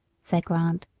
said grant.